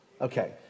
Okay